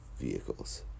vehicles